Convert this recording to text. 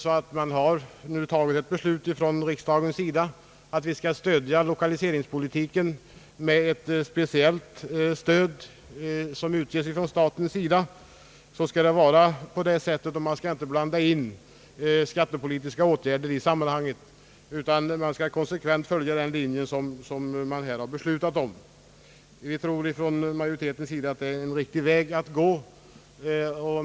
Har riksdagen fattat ett beslut som innebär att staten skall ge 1okaliseringspolitiken ett speciellt stöd, så skall det vara på det sättet; då bör man inte blanda in skattepolitiska åtgärder i detta sammanhang utan konsekvent följa den linje som riksdagen sålunda har beslutat. Utskottsmajoriteten tror att det är en riktig väg att gå.